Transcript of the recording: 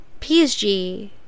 PSG